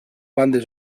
bandes